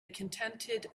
contented